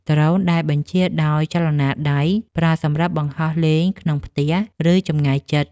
ដ្រូនដែលបញ្ជាដោយចលនាដៃ ប្រើសម្រាប់បង្ហោះលេងក្នុងផ្ទះ ឬចម្ងាយជិត។